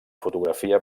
fotografia